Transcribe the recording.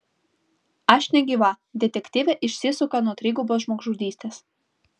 aš negyva detektyvė išsisuka nuo trigubos žmogžudystės